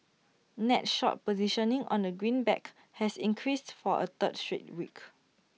net short positioning on the greenback has increased for A third straight week